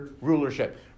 rulership